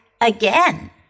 again